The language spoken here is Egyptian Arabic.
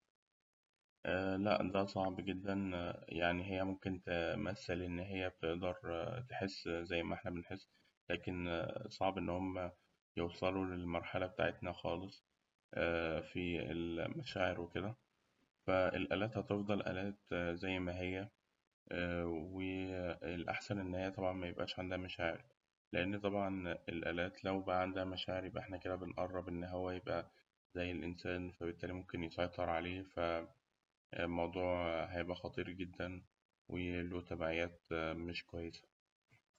لا ده صعب جداً، هي ممكن تمثل إنها تقدر تحس زي ما إحنا بنحس لكن صعب إن هم يوصلوا للمرحلة بتاعتنا خالص في المشاعر وكده، لكن الآلات هتفضل إنها آلات زي ما هي، لكن الأفضل طبعاً إن هي ميبقاش عندها مشاعر، لأن طبعاً الآلات لو بقى عندها مشاعر يبقى إحنا كده بنقرب إن هو يبقى زي الإنسان، فبالتالي ممكن يسيطر عليه الموضوع هيبقى خطير جداً، وله تبعيات مش كويسة.